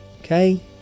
okay